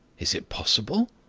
is it possible?